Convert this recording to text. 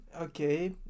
Okay